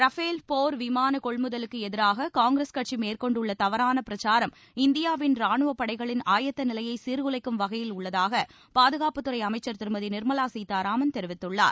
Rafale போர் விமான கொள்முதலுக்கு எதிராக காங்கிரஸ் கட்சி மேற்கொண்டுள்ள தவறான பிரச்சாரம் இந்தியாவின் ரானுவ படைகளின் ஆயத்த நிலையை சீர்குலைக்கும் வகையில் உள்ளதாக பாதுகாப்புத் துறை அமைச்சர் திருமதி நிர்மலா சீதாராமன் தெரிவித்துள்ளார்